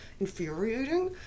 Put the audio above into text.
infuriating